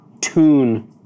tune